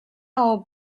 all